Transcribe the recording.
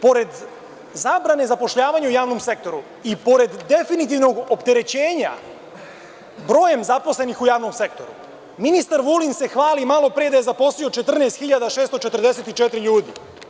Pored zabrane zapošljavanja u javnom sektoru i pored definitivnog opterećenja brojem zaposlenih u javnom sektoru, ministar Vulin se hvali malopre da je zaposlio 14.644 ljudi.